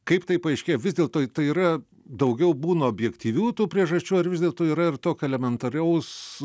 kaip tai paaiškėja vis dėlto tai yra daugiau būna objektyvių tų priežasčių ar vis dėlto yra ir tokio elementaraus